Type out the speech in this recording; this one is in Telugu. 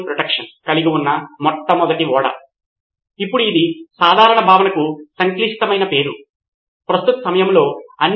సిద్ధార్థ్ మాతురి కాబట్టి అవును తరగతిలో ఏమి జరుగుతుందో మరియు వారి సహవిద్యార్థుల నుండి వారు పంచుకున్న నోట్స్లు ప్రాథమికంగా ఉండాలి నితిన్ కురియన్ సమానంగా అవును